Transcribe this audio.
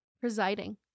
presiding